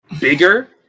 bigger